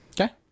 Okay